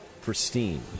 pristine